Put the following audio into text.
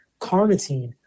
carnitine